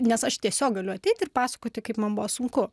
nes aš tiesiog galiu ateit ir pasakoti kaip man buvo sunku